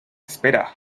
espera